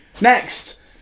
Next